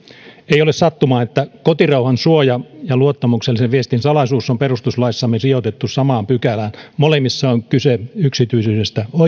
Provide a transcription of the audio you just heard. ei ole sattumaa että kotirauhan suoja ja luottamuksellisen viestin salaisuus on perustuslaissamme sijoitettu samaan pykälään molemmissa on kyse yksityisyydestä